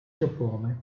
giappone